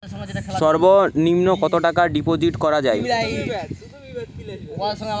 সর্ব নিম্ন কতটাকা ডিপোজিট করা য়ায়?